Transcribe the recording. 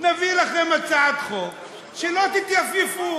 נביא לכם הצעת חוק שלא תתייפייפו.